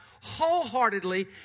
wholeheartedly